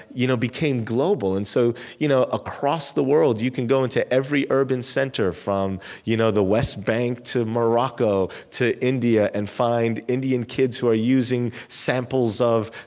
you know became global and so, you know across the world, you can go into every urban center from you know the west bank to morocco to india, and find indian kids who are using samples of,